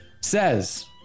Says